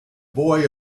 boy